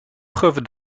preuve